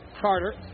Carter